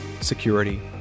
security